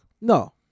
No